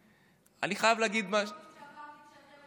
כשאתם הייתם בשלטון.